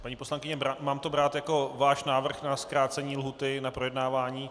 Paní poslankyně, mám to brát jako váš návrh na zkrácení lhůty na projednávání?